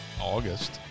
August